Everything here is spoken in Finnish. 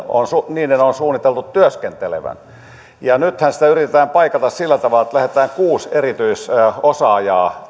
on suunniteltu työskentelevän nythän sitä yritetään paikata sillä tavalla että lähetetään tiettyihin lähetystöihin kuusi erityisosaajaa